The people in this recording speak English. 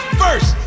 first